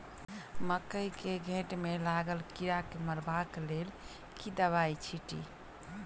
मकई केँ घेँट मे लागल कीड़ा केँ मारबाक लेल केँ दवाई केँ छीटि?